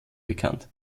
bekannt